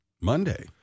Monday